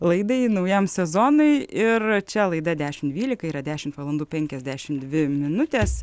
laidai naujam sezonui ir čia laida dešimt dvylika yra dešimt valandų penkiasdešim dvi minutės